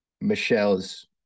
michelle's